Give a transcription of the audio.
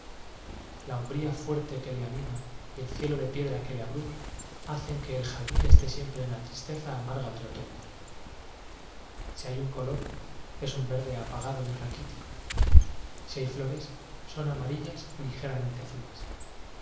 la umbría fuerte que le anima y el cielo de piedra que le abruma hacen que el jardín esté siempre en la tristeza amarga del oto ño si hay un color es un verde apagado y raquítico si hay flores son amarillas o li geramente azules